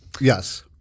Yes